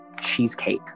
cheesecake